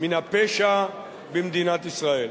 מן הפשע במדינת ישראל.